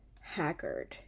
haggard